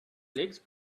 legs